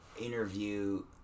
interview